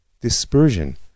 dispersion